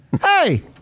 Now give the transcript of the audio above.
Hey